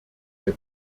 der